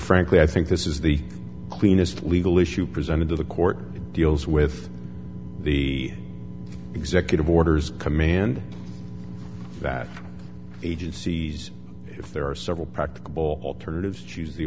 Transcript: frankly i think this is the cleanest legal issue presented to the court deals with the executive orders command that agencies if there are several practicable alternatives choose the